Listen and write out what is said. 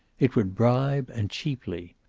it would bribe, and cheaply.